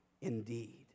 indeed